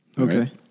Okay